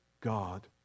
God